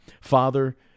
Father